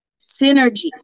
synergy